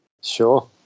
Sure